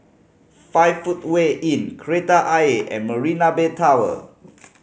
Five Footway Inn Kreta Ayer and Marina Bay Tower